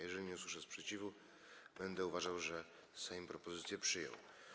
Jeżeli nie usłyszę sprzeciwu, będę uważał, że Sejm propozycję przyjął.